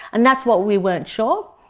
and that's what we weren't sure